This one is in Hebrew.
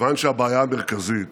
כיוון שהבעיה המרכזית